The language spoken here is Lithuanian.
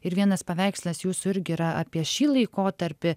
ir vienas paveikslas jūsų irgi yra apie šį laikotarpį